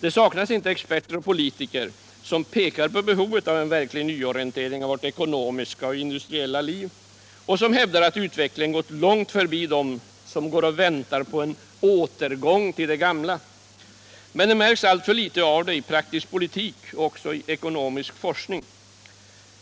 Det saknas inte experter och politiker som pekar på behovet av en verklig nyorientering av vårt ekonomiska och industriella liv och som hävdar att utvecklingen gått långt förbi dem som går och väntar på en återgång till det gamla. Men de märks alltför litet i den praktiska politiken och även i den ekonomiska forskningen.